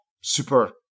super